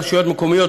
רשויות מקומיות,